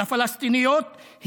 לפלסטיניות,